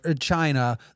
China